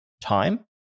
time